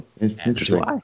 Interesting